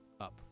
up